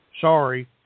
Sorry